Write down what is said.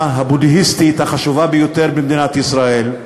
הבודהיסטית החשובה ביותר במדינת ישראל,